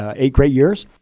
ah eight great years.